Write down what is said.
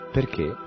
Perché